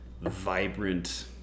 vibrant